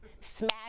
smash